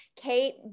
Kate